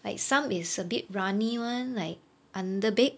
like some is a bit runny [one] like underbaked